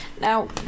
now